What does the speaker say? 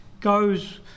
goes